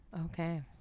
okay